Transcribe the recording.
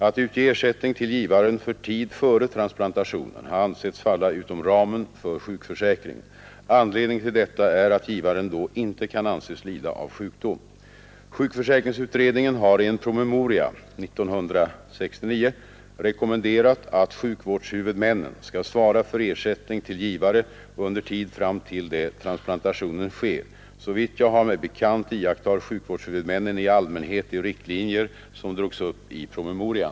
Att utge ersättning till givaren för tid före transplantationen har ansetts falla utom ramen för sjukförsäkringen. Anledningen till detta är att givaren då inte kan anses lida av sjukdom. Sjukförsäkringsutredningen har i en promemoria rekommenderat, att sjukvårdshuvudmännen skall svara för ersättning till givare under tid fram till det transplantationen sker. Såvitt jag har mig bekant iakttar sjukvårdshuvudmännen i allmänhet de riktlinjer som drogs upp i promemorian.